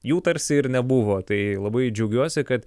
jų tarsi ir nebuvo tai labai džiaugiuosi kad